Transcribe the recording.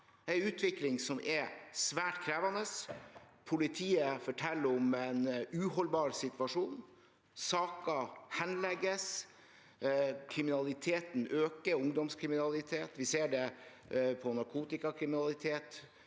Det er en utvikling som er svært krevende. Politiet forteller om en uholdbar situasjon. Saker henlegges, og kriminaliteten øker. Vi ser det på ungdomskriminalitet, vi ser det på narkotikakriminalitet,